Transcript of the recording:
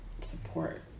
support